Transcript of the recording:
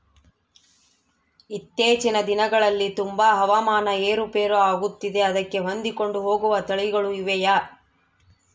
ಇತ್ತೇಚಿನ ದಿನಗಳಲ್ಲಿ ತುಂಬಾ ಹವಾಮಾನ ಏರು ಪೇರು ಆಗುತ್ತಿದೆ ಅದಕ್ಕೆ ಹೊಂದಿಕೊಂಡು ಹೋಗುವ ತಳಿಗಳು ಇವೆಯಾ?